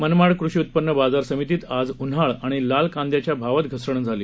मनमाड कृषी उत्पन्न बाजार समितीत आज उन्हाळ आणि लाल कांद्याच्याही भावात घसरण झाली